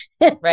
Right